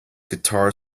guitar